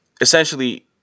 essentially